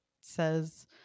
says